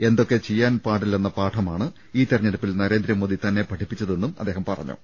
എന്തൊക്കെ ചെയ്യാൻ പാടില്ലെന്ന പാഠമാണ് ഈ തെര ഞ്ഞെടുപ്പിൽ നരേന്ദ്രമോദി തന്നെ പഠിപ്പിച്ചതെന്നും അദ്ദേഹം പറഞ്ഞു